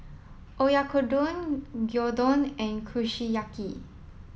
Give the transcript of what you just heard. Oyakodon Gyudon and Kushiyaki